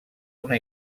una